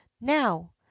now